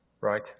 right